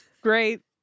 Great